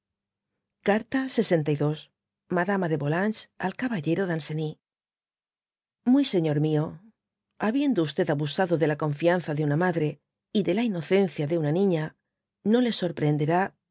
carta lxn madama de fólanges al caballero danceny mtnr señor mió habiendo abusado de la confianza de una madre y de la inocencia de una niña y no le sorprehenderá se